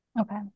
Okay